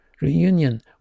Reunion